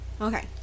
okay